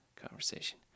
conversation